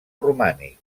romànic